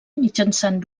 mitjançant